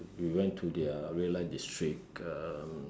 we went to their red life district um